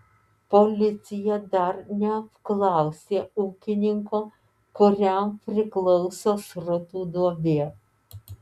policija dar neapklausė ūkininko kuriam priklauso srutų duobė